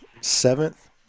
seventh